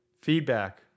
Feedback